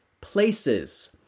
places